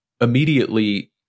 immediately